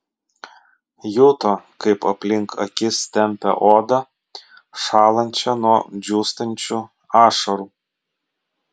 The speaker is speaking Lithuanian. juto kaip aplink akis tempia odą šąlančią nuo džiūstančių ašarų